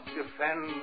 defend